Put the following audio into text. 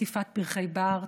קטיפת פרחי בר,